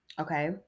Okay